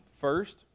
first